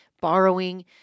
borrowing